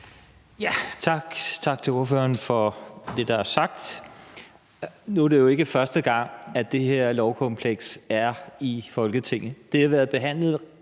(V): Tak til ordføreren for det, der er sagt. Nu er det jo ikke første gang, at det her lovkompleks er i Folketinget. Det har været behandlet